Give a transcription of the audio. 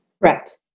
Right